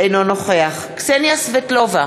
אינו נוכח קסניה סבטלובה,